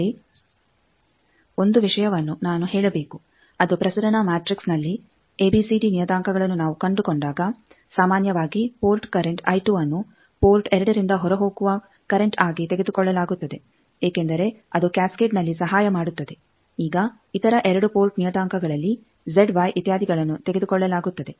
ಇಲ್ಲಿ ಒಂದು ವಿಷಯವನ್ನು ನಾನು ಹೇಳಬೇಕು ಅದು ಪ್ರಸರಣ ಮ್ಯಾಟ್ರಿಕ್ಸ್ನಲ್ಲಿ ಎಬಿಸಿಡಿ ನಿಯತಾಂಕಗಳನ್ನು ನಾವು ಕಂಡುಕೊಂಡಾಗ ಸಾಮಾನ್ಯವಾಗಿ ಪೋರ್ಟ್ ಕರೆಂಟ್ I2 ಅನ್ನು ಪೋರ್ಟ್ 2 ರಿಂದ ಹೊರಹೋಗುವ ಕರೆಂಟ್ ಆಗಿ ತೆಗೆದುಕೊಳ್ಳಲಾಗುತ್ತದೆ ಏಕೆಂದರೆ ಅದು ಕ್ಯಾಸ್ಕೆಡ್ನಲ್ಲಿ ಸಹಾಯ ಮಾಡುತ್ತದೆ ಈಗ ಇತರ 2 ಪೋರ್ಟ್ ನಿಯತಾಂಕಗಳಲ್ಲಿ ಜೆಡ್ ವೈ ಇತ್ಯಾದಿಗಳನ್ನು ತೆಗೆದುಕೊಳ್ಳಲಾಗುತ್ತದೆ